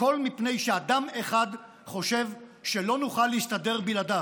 והכול מפני שאדם אחד חושב שלא נוכל להסתדר בלעדיו.